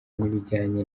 n’ibijyanye